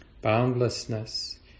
boundlessness